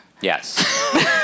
Yes